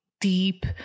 deep